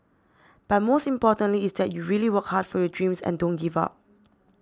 but most importantly is that you really work hard for your dreams and don't give up